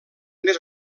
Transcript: més